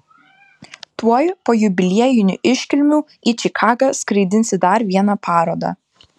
tuoj po jubiliejinių iškilmių į čikagą skraidinsi dar vieną parodą